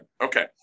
okay